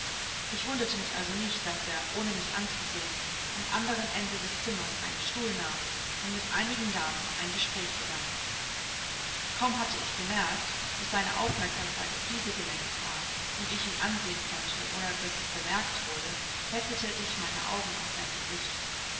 ich wunderte mich also nicht daß er ohne mich anzusehen am andern ende des zimmers einen stuhl nahm und mit einigen damen ein gespräch begann kaum hatte ich bemerkt daß seine aufmerksamkeit auf diese gelenkt war und ich ihn ansehen konnte ohne daß es bemerkt wurde heftete ich meine augen auf sein gesicht